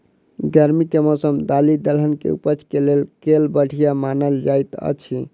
गर्मी केँ मौसम दालि दलहन केँ उपज केँ लेल केल बढ़िया मानल जाइत अछि?